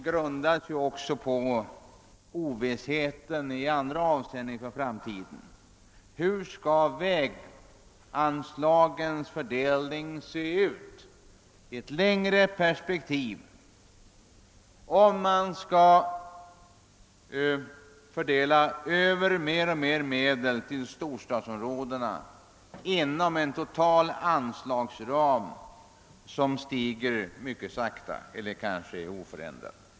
Hur skall väganslagen och deras fördelning se ut i ett längre perspektiv om man skall föra över mer och mer medel till storstadsområdena inom en total anslagsram som stiger mycket sakta eller kanske blir oförändrad?